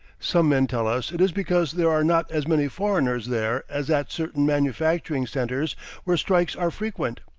some men tell us it is because there are not as many foreigners there as at certain manufacturing centres where strikes are frequent.